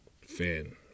fan